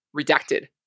redacted